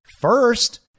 first